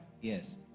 Yes